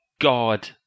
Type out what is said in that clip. god